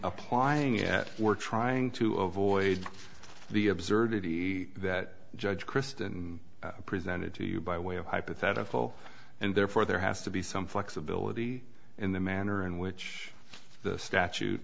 applying at work trying to avoid the absurdity that judge crist and presented to you by way of hypothetical and therefore there has to be some flexibility in the manner in which the statute